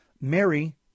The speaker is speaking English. Mary